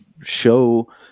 show